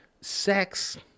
sex